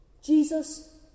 Jesus